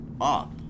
up